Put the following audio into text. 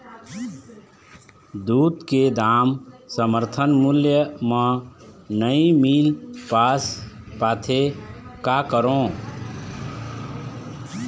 दूध के दाम समर्थन मूल्य म नई मील पास पाथे, का करों?